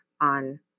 on